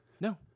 No